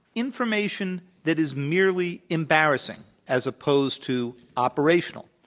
information that is merely embarrassing as opposed to operational.